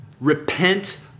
Repent